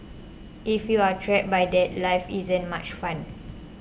if you are trapped by that life isn't much fun